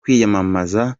kwiyamamaza